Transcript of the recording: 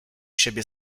siebie